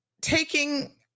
taking